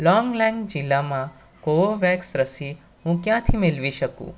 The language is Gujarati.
લોન્ગલેન્ગ જિલ્લામાં કોવોવેક્સ રસી હું ક્યાંથી મેળવી શકું